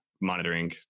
monitoring